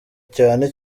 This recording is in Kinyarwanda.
cyane